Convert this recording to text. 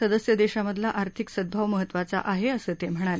सदस्य देशांमधला आर्थिक सद्भाव महत्वाचा आहे असं ते म्हणाले